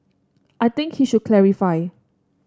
I think he should clarify